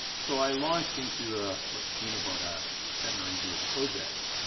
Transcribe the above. so i launched into what became about a seven or eight-year project,